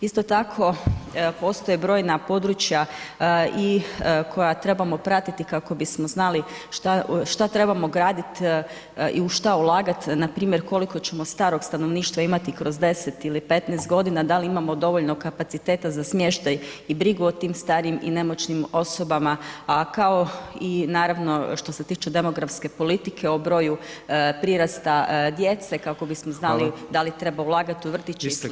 Isto tako, postoje brojna područja i koja trebamo pratiti kako bismo znali šta trebamo graditi i u šta ulagati, npr. koliko ćemo starog stanovništva imati kroz 10 ili 15 g., da li imamo dovoljno kapaciteta za smještaj i brigu o tim starijim i nemoćnim osobama a kao i naravno što se tiče demografske politike o broju prirasta djece kako bismo znali da li treba ulagati u vrtić [[Upadica Petrov: Hvala.]] ili slično, hvala.